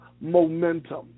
momentum